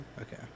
Okay